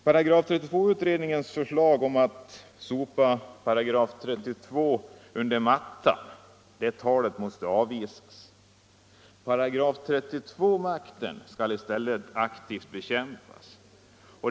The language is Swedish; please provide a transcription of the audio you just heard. § 32-utredningens förslag att sopa § 32 under mattan måste avvisas. § 32 skall i stället aktivt bekämpas.